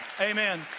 Amen